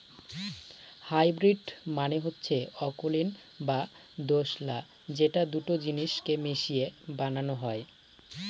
hybrid মানে হচ্ছে অকুলীন বা দোঁশলা যেটা দুটো জিনিস কে মিশিয়ে বানানো হয়